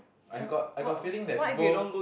I've got I got a feeling that people